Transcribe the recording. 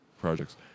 projects